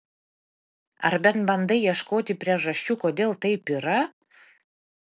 ar bent bandai ieškoti priežasčių kodėl taip yra